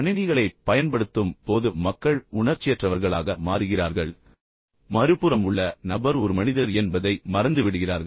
கணினிகளைப் பயன்படுத்தும் போது மக்கள் உணர்ச்சியற்றவர்களாக மாறுகிறார்கள் அவர்கள் இயந்திரங்களைப் போல நடந்துகொள்கிறார்கள் பின்னர் மறுபுறம் உள்ள நபர் ஒரு மனிதர் என்பதை மறந்துவிடுகிறார்கள்